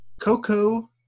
Coco